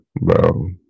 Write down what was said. Bro